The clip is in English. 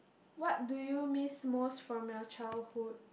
what do you miss most from your childhood